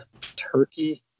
turkey